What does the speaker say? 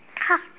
!huh!